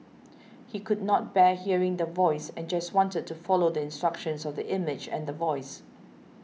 he could not bear hearing the Voice and just wanted to follow the instructions of the image and the voice